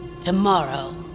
Tomorrow